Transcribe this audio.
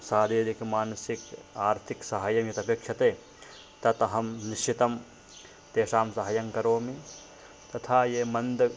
शारीरिकमानसिक आर्थिकसहायं यत् अपेक्षते तत् अहं निश्चितं तेषां सहाय्यं करोमि तथा ये मन्दः